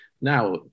now